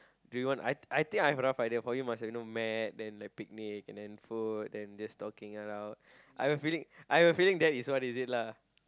do you want I I think I have a rough idea for you must have you know mat then like picnic and then food then just talking around I have a feeling I have a feeling that is what is it lah